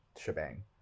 shebang